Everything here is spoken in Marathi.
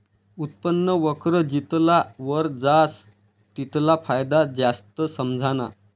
उत्पन्न वक्र जितला वर जास तितला फायदा जास्त समझाना